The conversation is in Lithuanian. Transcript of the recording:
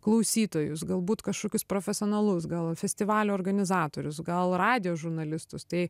klausytojus galbūt kažkokius profesionalus gal festivalio organizatorius gal radijo žurnalistus tai